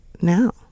now